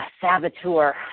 Saboteur